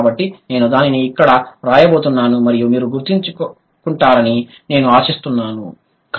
కాబట్టి నేను దానిని ఇక్కడ వ్రాయబోతున్నాను మరియు మీరు గుర్తుంచుకుంటారని నేను ఆశిస్తున్నాను